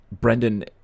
Brendan